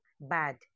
bad